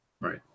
Right